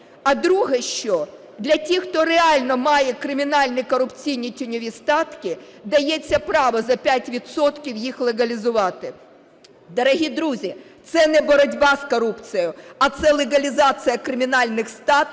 А друге, що для тих, хто реально має кримінальні, корупційні, тіньові статки, дається право за 5 відсотків їх легалізувати. Дорогі друзі, це не боротьба з корупцією, а це легалізація кримінальних статків